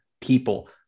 people